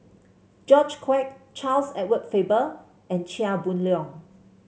George Quek Charles Edward Faber and Chia Boon Leong